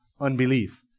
unbelief